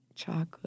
Chocolate